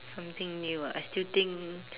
something new ah I still think